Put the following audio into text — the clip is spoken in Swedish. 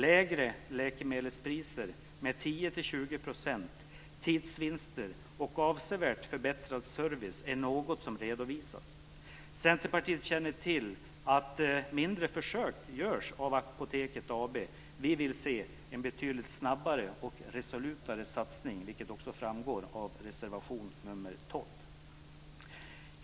Lägre läkemedelspriser med 10 20 %, tidsvinster och avsevärt förbättrad service är något som redovisas. Centerpartiet känner till att mindre försök görs av Apoteket AB. Vi vill se en betydligt snabbare och resolutare satsning, vilket också framgår av reservation nr 12.